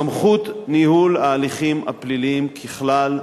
סמכות ניהול ההליכים הפליליים, ככלל,